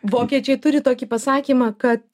vokiečiai turi tokį pasakymą kad